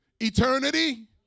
eternity